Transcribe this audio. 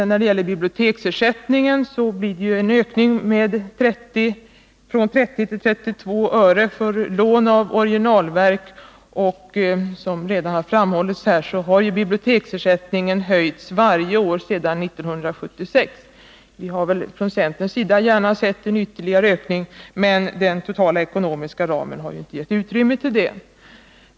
När det gäller biblioteksersättningen blir det en ökning från 30 till 32 öre för lån av originalverk. Som redan har framhållits har biblioteksersättningen höjts varje år sedan 1976. Vi hade från centerns sida gärna sett en ytterligare ökning, men den totala ekonomiska ramen har ju inte gett utrymme till det.